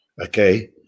okay